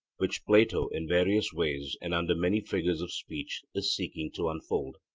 which plato in various ways and under many figures of speech is seeking to unfold.